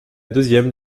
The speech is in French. deuxième